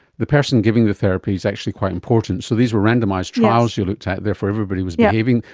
the person giving the therapy is actually quite important. so these were randomised trials you looked at, therefore everybody was behaving,